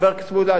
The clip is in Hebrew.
חבר הכנסת מולה,